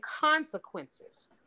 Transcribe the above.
consequences